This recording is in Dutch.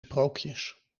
sprookjes